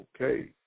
Okay